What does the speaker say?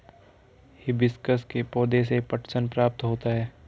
hibiscus के पौधे से पटसन प्राप्त होता है